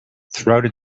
throughout